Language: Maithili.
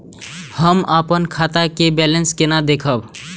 हम अपन खाता के बैलेंस केना देखब?